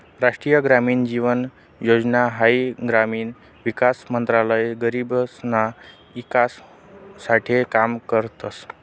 राष्ट्रीय ग्रामीण जीवन योजना हाई ग्रामीण विकास मंत्रालय गरीबसना ईकास साठे काम करस